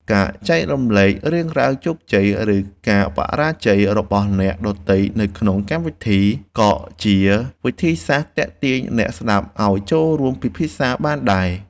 ការចែករំលែករឿងរ៉ាវជោគជ័យ ឬការបរាជ័យរបស់អ្នកដទៃនៅក្នុងកម្មវិធីក៏ជាវិធីសាស្ត្រទាក់ទាញអ្នកស្តាប់ឱ្យចូលរួមពិភាក្សាបានដែរ។